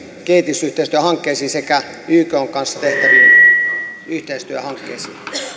kehitysyhteistyöhankkeisiin sekä ykn kanssa tehtäviin yhteistyöhankkeisiin